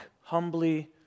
humbly